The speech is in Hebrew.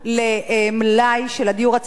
למלאי של הדיור הציבורי,